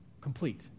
Complete